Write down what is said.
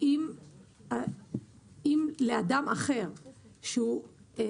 בסדר, מקבלים את